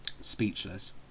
Speechless